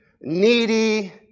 needy